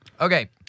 Okay